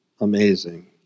amazing